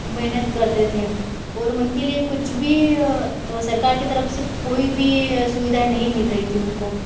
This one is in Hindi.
मेहनत करते थे और उनके लिए कुछ भी सरकार की तरफ से कोई भी सुविधाएँ नहीं मिल रही थी उनको